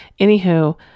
Anywho